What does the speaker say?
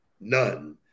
none